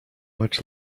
much